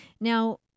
Now